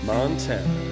Montana